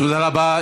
תודה רבה.